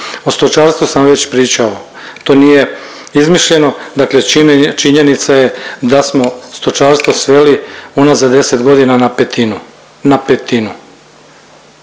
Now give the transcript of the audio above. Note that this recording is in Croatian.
O stočarstvu sam već pričao, to nije izmišljeno, dakle činjenica je da smo stočarstvo sveli unazad 10.g. na petinu, na petinu.